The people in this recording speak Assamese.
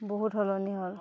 বহুত সলনি হ'ল